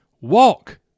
walk